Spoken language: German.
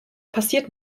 passiert